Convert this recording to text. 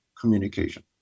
communication